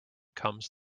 comes